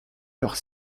leurs